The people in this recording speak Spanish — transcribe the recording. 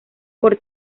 por